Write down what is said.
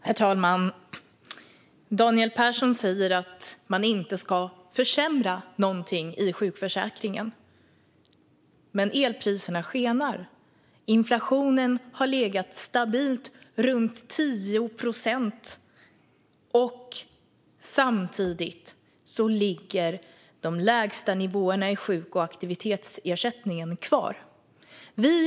Herr talman! Daniel Persson säger att man inte ska försämra någonting i sjukförsäkringen, men elpriserna skenar, inflationen har legat stabilt runt 10 procent och de lägsta nivåerna i sjuk och aktivitetsersättningen ligger samtidigt kvar.